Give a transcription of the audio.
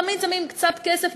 תמיד שמים קצת כסף,